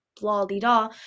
blah-dee-da